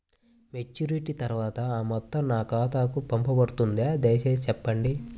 Maturity తర్వాత ఆ మొత్తం నా ఖాతాకు పంపబడుతుందా? దయచేసి చెప్పండి?